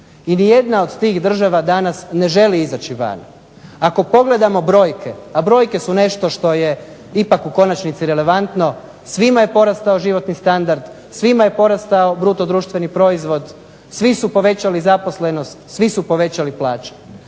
I nijedna od tih država danas ne želi izaći van. Ako pogledamo brojke a brojke su nešto što je ipak u konačnici relevantno svima je porastao životni standard, svima je porastao bruto društveni proizvod, svi su povećali zaposlenost, svi su povećali plaće.